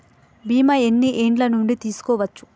బీమా ఎన్ని ఏండ్ల నుండి తీసుకోవచ్చు?